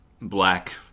black